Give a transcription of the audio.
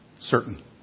certain